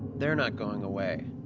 they're not going away.